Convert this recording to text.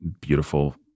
beautiful